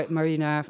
Marina